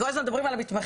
כל הזמן מדברים על המתמחים,